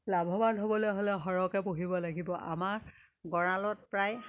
লাভৱান হ'বলৈ হ'লে সৰহকে পুহিব লাগিব আমাৰ গঁড়ালত প্ৰায়